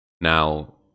Now